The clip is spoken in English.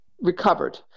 recovered